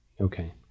Okay